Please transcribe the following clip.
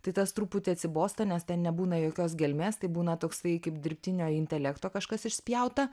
tai tas truputį atsibosta nes ten nebūna jokios gelmės tai būna toksai kaip dirbtinio intelekto kažkas išspjauta